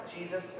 Jesus